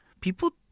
People